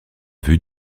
vue